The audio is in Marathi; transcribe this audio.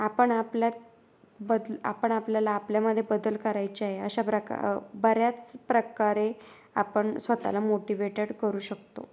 आपण आपल्यात बदल आपण आपल्याला आपल्यामध्ये बदल करायचेय अशा प्रका बऱ्याच प्रकारे आपण स्वतःला मोटिवेटेड करू शकतो